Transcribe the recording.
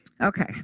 Okay